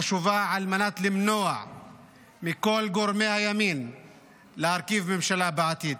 חשובה על מנת למנוע מכל גורמי הימין להרכיב ממשלה בעתיד.